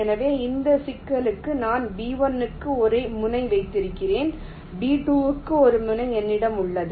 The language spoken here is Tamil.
எனவே இந்த சிக்கலுக்கு நான் B 1 க்கு ஒரு முனை வைத்திருக்கிறேன் B2 க்கு ஒரு முனை என்னிடம் உள்ளன